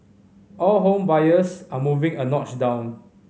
all home buyers are moving a notch down